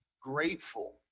grateful